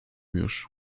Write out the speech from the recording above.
już